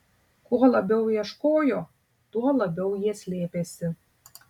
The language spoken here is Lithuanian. kuo labiau ieškojo tuo labiau jie slėpėsi